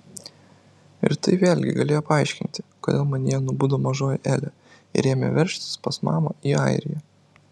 ir tai vėlgi galėjo paaiškinti kodėl manyje nubudo mažoji elė ir ėmė veržtis pas mamą į airiją